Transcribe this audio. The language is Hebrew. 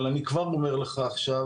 אבל אני כבר אומר לך עכשיו